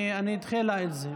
אני אדחה לה את זה,